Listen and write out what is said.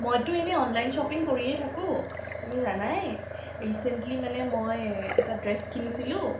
মইতো এনেই online shopping কৰিয়েই থাকোঁ তুমি জানাই ৰিছেণ্টলি মানে মই এটা ড্ৰেছ কিনিছিলোঁ